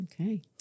okay